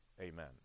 Amen